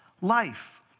life